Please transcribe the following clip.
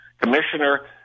commissioner